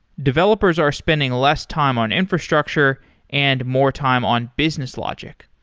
developers are spending less time on infrastructure and more time on business logic,